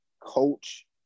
coach